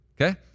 Okay